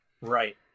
Right